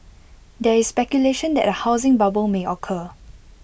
there is speculation that A housing bubble may occur